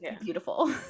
beautiful